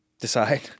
Decide